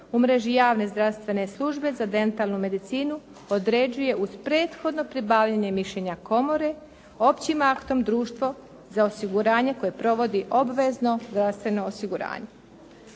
u mreži javne zdravstvene službe za dentalnu medicinu određuje uz prethodno pribavljanje mišljenja komore općim aktom društvo za osiguranje koje provodi obvezno zdravstveno osiguranje.“